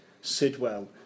Sidwell